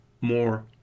more